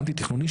האנטי תכנוני,